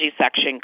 section